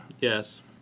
Yes